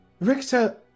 Richter